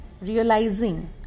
realizing